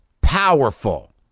powerful